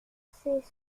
ses